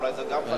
אולי גם זה חשוב.